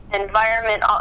environment